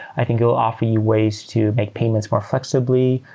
i think it will offer you ways to make payments more flexibly,